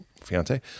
fiance